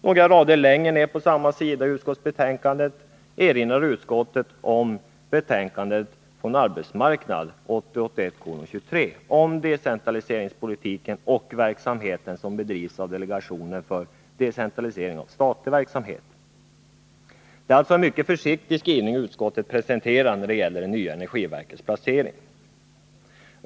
Några rader längre ner erinrar utskottet om att arbetsmarknadsutskottet i sitt betänkande 1980/81:23 har diskuterat decentraliseringspolitiken inom den statliga sektorn och den verksamhet som bedrivs av delegationen för decentralisering av statlig verksamhet. Utskottet presenterar alltså en mycket försiktig skrivning när det gäller det nya energiverkets placering.